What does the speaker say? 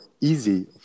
easy